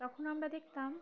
তখন আমরা দেখতাম